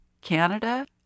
Canada